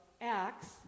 Acts